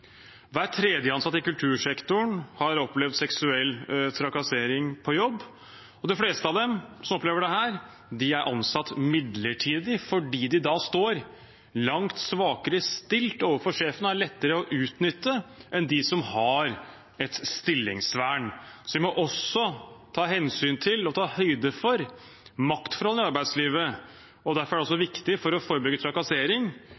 Hver tredje ansatt i kultursektoren har opplevd seksuell trakassering på jobb. Og de fleste av dem som opplever det, er ansatt midlertidig – de står langt svakere stilt overfor sjefen og er lettere å utnytte enn dem som har et stillingsvern. Så vi må også ta hensyn til og ta høyde for maktforholdene i arbeidslivet. Det er derfor det er så viktig for å forebygge trakassering